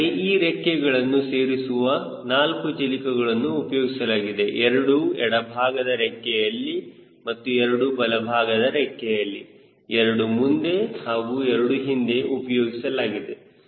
ಹಾಗಾದರೆ ಈ ರೆಕ್ಕೆಗಳನ್ನು ಸೇರಿಸಲು 4 ಚಿಲಿಕಗಳನ್ನು ಉಪಯೋಗಿಸಲಾಗಿದೆ ಎರಡು ಎಡಭಾಗದ ರೆಕ್ಕೆಯಲ್ಲಿ ಮತ್ತು ಎರಡು ಬಲಭಾಗದ ರೆಕ್ಕೆಯಲ್ಲಿ ಎರಡು ಮುಂದೆ ಹಾಗೂ ಎರಡು ಹಿಂದೆ ಉಪಯೋಗಿಸಲಾಗಿದೆ